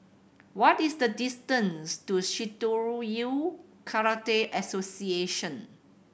what is the distance to Shitoryu Karate Association